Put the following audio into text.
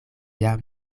jam